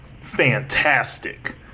fantastic